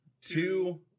two